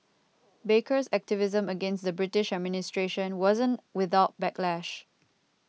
baker's activism against the British administration wasn't without backlash